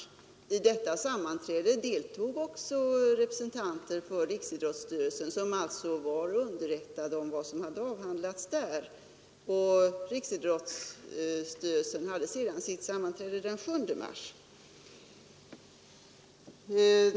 I detta sammanträde deltog också representanter för riksidrottsstyrelsen, som alltså är underrättad om vad som avhandlades där. Riksidrottsstyrelsen hade sedan sitt sammanträde den 7 mars.